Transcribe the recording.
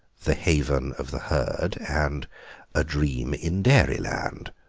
the haven of the herd, and a-dream in dairyland,